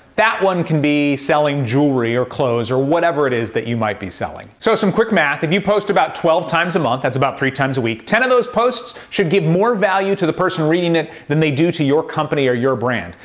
that one can be selling jewelry or clothes or whatever it is that you might be selling. so some quick math, if you post about twelve times a month, that's about three times a week, ten of those posts should give more value to the person reading it, it, than they do to your company or your brand.